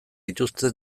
dituzte